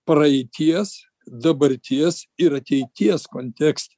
praeities dabarties ir ateities kontekste